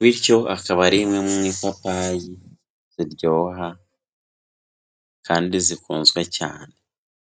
bityo akaba ari imwe mu ipapayi ziryoha kandi zikunzwe cyane.